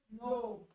no